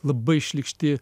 labai šlykšti